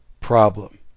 problem